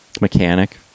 Mechanic